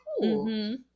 cool